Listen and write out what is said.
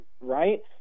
right